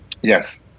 Yes